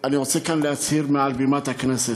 אני רוצה להצהיר כאן, על בימת הכנסת: